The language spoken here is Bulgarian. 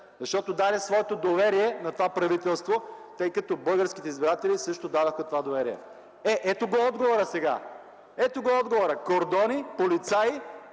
Тя даде своето доверие на това правителство, тъй като българските избиратели също дадоха това доверие. Ето го отговорът сега! Ето го